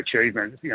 achievement